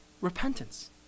Repentance